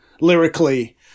lyrically